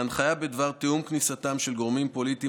ההנחיה בדבר תיאום כניסתם של גורמים פוליטיים